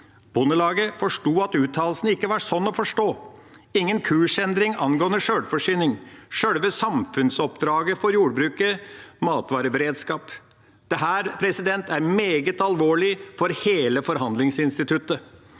Bondelag forsto at uttalelsene ikke var sånn å forstå: ingen kursendring angående sjølforsyning og selve samfunnsoppdraget for jordbruket – matvareberedskap. Dette er meget alvorlig for hele forhandlingsinstituttet.